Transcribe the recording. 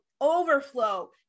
overflow